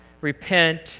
repent